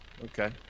Okay